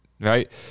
right